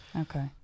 Okay